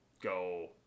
go